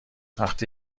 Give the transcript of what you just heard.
وقتی